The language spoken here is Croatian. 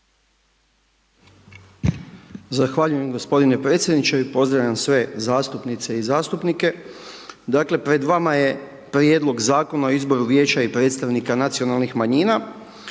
Zahvaljujem gospodine predsjedniče i pozdravljam sve zastupnice i zastupnike, dakle pred vama je Prijedlog Zakona o izvoru vijeća i predstavnika nacionalnih manjina.